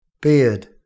beard